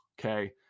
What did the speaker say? okay